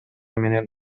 менен